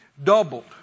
Doubled